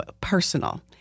personal